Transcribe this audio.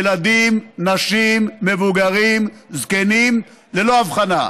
ילדים, נשים, מבוגרים, זקנים, ללא הבחנה.